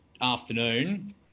afternoon